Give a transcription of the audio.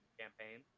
campaign